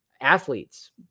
athletes